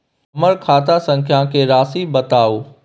हमर खाता संख्या के राशि बताउ